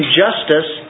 justice